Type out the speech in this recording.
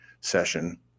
session